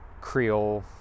Creole